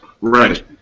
Right